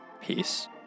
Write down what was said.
Peace